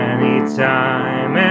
Anytime